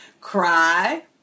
cry